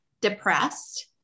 depressed